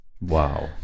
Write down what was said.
Wow